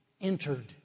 entered